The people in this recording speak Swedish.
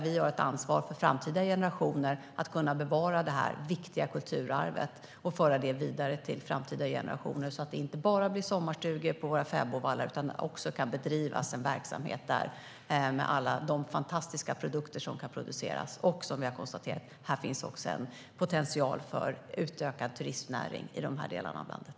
Vi har ett ansvar att kunna bevara det viktiga kulturarvet och föra det vidare till framtida generationer så att det inte bara blir sommarstugor på våra fäbodvallar utan att det också kan bedrivas en verksamhet där med alla de fantastiska produk ter som kan produceras. Som vi har konstaterat finns här också en potential för utökad turismnäring i de här delarna av landet.